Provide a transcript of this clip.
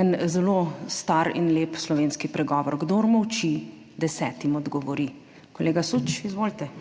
en zelo star in lep slovenski pregovor: Kdor molči, desetim odgovori. Kolega Sűč, izvolite.